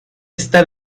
está